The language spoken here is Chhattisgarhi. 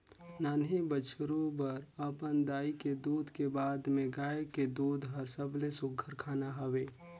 नान्हीं बछरु बर अपन दाई के दूद के बाद में गाय के दूद हर सबले सुग्घर खाना हवे